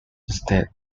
instead